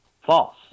false